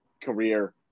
career